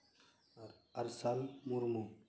Arsal Murmu